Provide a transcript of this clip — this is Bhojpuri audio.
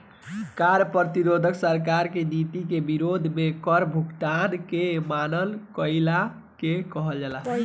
कार्य प्रतिरोध सरकार के नीति के विरोध में कर भुगतान से मना कईला के कहल जाला